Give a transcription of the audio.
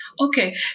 Okay